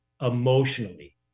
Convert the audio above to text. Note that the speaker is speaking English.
emotionally